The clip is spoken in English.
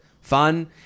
Fun